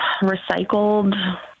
recycled